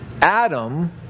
Adam